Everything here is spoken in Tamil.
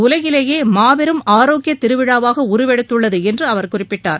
உலகிலேயே மாபெரும் ஆரோக்கிய திருவிழாவாக உருவெடுத்துள்ளது என்று அவர் குறிப்பிட்டார்